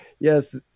Yes